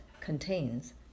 contains